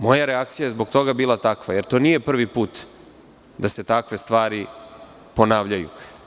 Moja reakcija je zbog toga bila takva, jer to nije prvi put da se takve stvari ponavljaju.